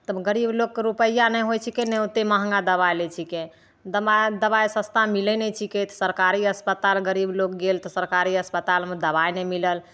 तब गरीब लोकके रूपैआ नहि होइत छै कने ओतेक महगा दबाइ लै छिकै दबाइ दबाइ सस्ता मिलैत नहि छिकै तऽ सरकारी अस्पताल गरीब लोग गेल तऽ सरकारी अस्पतालमे दबाइ नहि मिलल